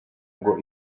ngo